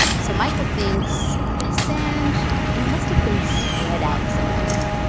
so michael thinks this sand it must have been spread out somewhere.